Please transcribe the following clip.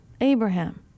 Abraham